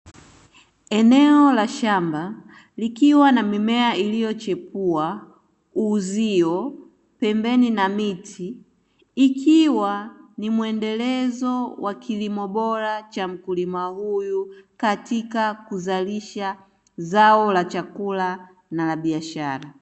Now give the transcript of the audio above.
Eneo la shamba likiwa na mimea iliyochipua, uzio pembeni ya miti, ikiwa ni mwendelezo wa kilimo bora kwa mkulima huyu katika kuzalisha zao la chakula na la biashara.